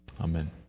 Amen